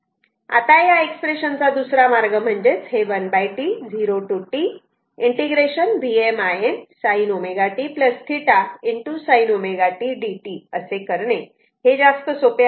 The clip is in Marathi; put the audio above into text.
आता या एक्सप्रेशन चा दुसरा मार्ग म्हणजेच हे 1T 0 ते T ∫ Vm Im sin ω t θ sin ω t dt असे करणे हे जास्त सोपे आहे